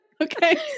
okay